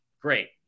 Great